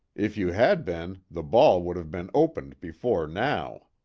if you had been, the ball would have been opened before now.